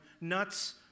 nuts